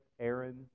Aaron